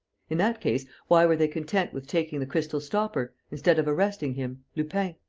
in that case, why were they content with taking the crystal stopper, instead of arresting him, lupin?